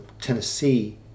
tennessee